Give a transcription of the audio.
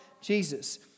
Jesus